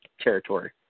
territory